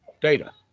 data